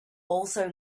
also